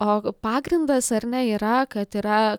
o pagrindas ar ne yra kad yra